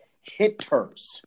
hitters